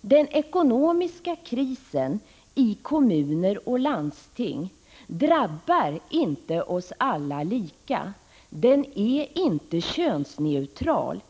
Den ekonomiska krisen i kommuner och landsting drabbar inte oss alla lika. Den är inte könsneutral.